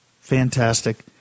Fantastic